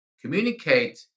communicate